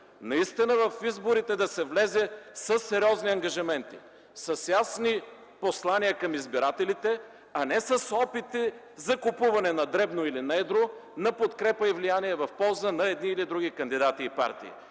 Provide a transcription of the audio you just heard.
апелирам в изборите да се влезе със сериозни ангажименти, с ясни послания към избирателите, а не с опити за купуване на дребно или на едро на подкрепа и влияние в полза на едни или други кандидати и партии.